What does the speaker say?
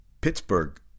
Pittsburgh